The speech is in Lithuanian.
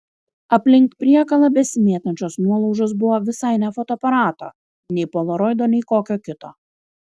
aplink priekalą besimėtančios nuolaužos buvo visai ne fotoaparato nei polaroido nei kokio kito